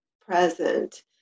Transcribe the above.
present